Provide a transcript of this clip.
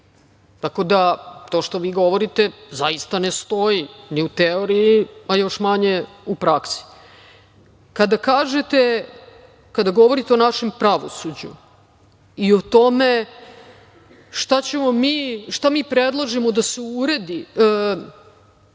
Tako da, to što vi govorite zaista ne stoji ni u teoriji, a još manje u praksi. Kada govorite o našem pravosuđu i o tome šta mi predlažemo da se promeni